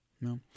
No